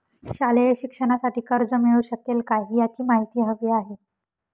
शालेय शिक्षणासाठी कर्ज मिळू शकेल काय? याची माहिती हवी आहे